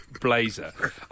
blazer